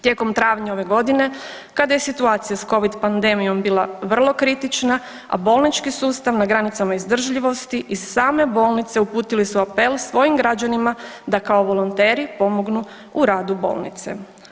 Tijekom travnja ove godine kada je situacija sa covid pandemijom bila vrlo kritična, a bolnički sustav na granicama izdržljivosti i same bolnice uputile su apel svojim građanima da kao volonteri pomognu u radu bolnice.